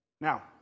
Now